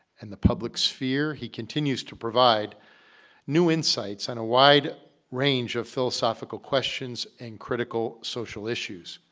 and the public sphere. he continues to provide new insights on a wide range of philosophical questions and critical social issues.